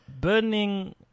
burning